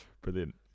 Brilliant